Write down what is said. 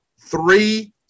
three